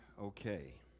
okay